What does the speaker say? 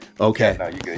Okay